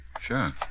Sure